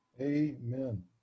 Amen